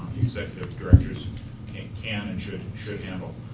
executive directors can and should should handle.